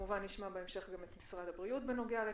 וכמובן נשמע בהמשך גם את משרד הבריאות בנוגע לכך.